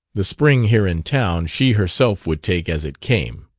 the spring here in town she herself would take as it came.